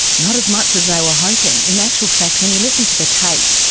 not as much as they were hoping. in actual fact when you listen to the tape,